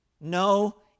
No